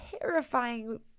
terrifying